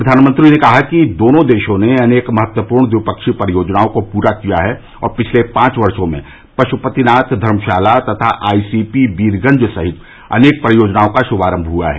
प्रधानमंत्री ने कहा कि दोनों देशों ने अनेक महत्वपूर्ण ट्विपक्षीय परियोजनाओं को पूरा किया है और पिछले पांच वर्षो में पश्पतिनाथ धर्मशाला तथा आई सी पी बीरगंज सहित अनेक परियोजनाओं का श्मारम हुआ है